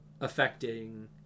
affecting